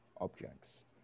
objects